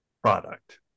product